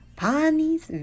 panis